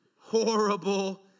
Horrible